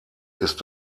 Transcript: ist